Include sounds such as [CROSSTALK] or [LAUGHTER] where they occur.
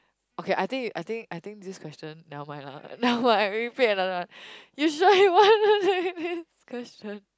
okay I think I think I think this question never mind lah never mind we pick another one you sure you want [LAUGHS] to take this question